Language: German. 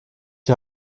die